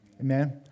amen